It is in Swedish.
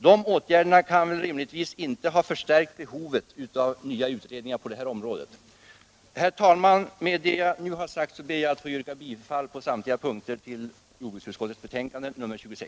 Dessa åtgärder kan rimligtvis inte ha förstärkt behovet av nya utredningar på detta område.